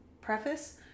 preface